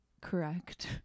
Correct